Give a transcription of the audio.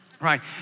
right